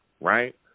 right